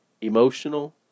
Emotional